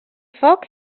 foc